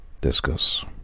Discuss